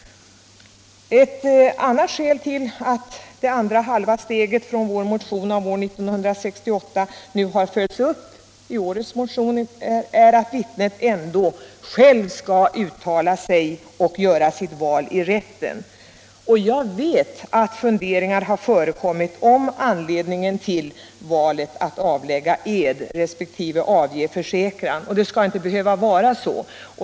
Ett annat skäl till att det andra halva steget från vår motion av år 1968 har följts upp i årets motion är att vittnet ändå själv skall uttala sig och göra sitt val i rätten. Jag vet att funderingar har förekommit om anledningen till valet att avlägga ed resp. avge försäkran, och det skall inte behöva vara så.